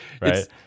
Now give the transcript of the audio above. right